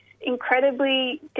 incredibly